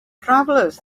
travelers